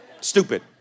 Stupid